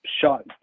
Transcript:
shot